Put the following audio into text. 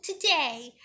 today